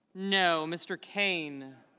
no. mr. kane